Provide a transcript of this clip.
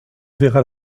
verra